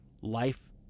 life